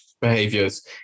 behaviors